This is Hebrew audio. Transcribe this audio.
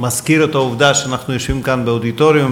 אני מזכיר את העובדה שאנחנו יושבים כאן באודיטוריום